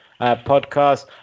podcast